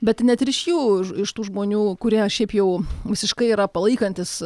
bet net ir iš jų iš tų žmonių kurie šiaip jau visiškai yra palaikantys